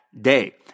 day